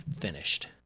finished